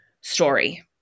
story